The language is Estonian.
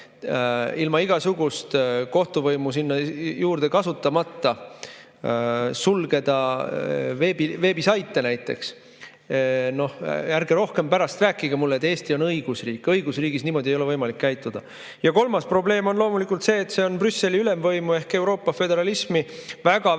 ilma igasugust kohtuvõimu sinna juurde kasutamata sulgeda veebisaite näiteks – noh, ärge pärast enam rääkige mulle, et Eesti on õigusriik. Õigusriigis niimoodi ei ole võimalik käituda. Ja kolmas probleem on loomulikult see, et see on Brüsseli ülemvõimu ehk Euroopa föderalismi väga-väga